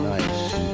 Nice